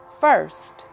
first